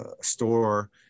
store